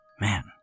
man